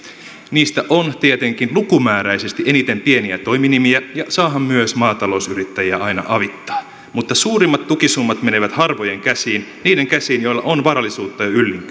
niistä on tietenkin lukumääräisesti eniten pieniä toiminimiä ja saahan myös maatalousyrittäjiä aina avittaa mutta suurimmat tukisummat menevät harvojen käsiin niiden käsiin joilla on varallisuutta